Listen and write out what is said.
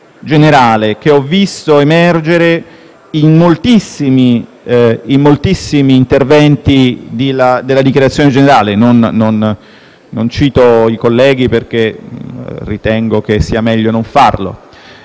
che ho visto emergere in moltissimi interventi nel corso della discussione generale (non cito i colleghi, perché ritengo che sia meglio non farlo).